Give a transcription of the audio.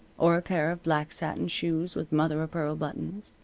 or a pair of black satin shoes with mother-o'-pearl buttons.